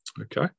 Okay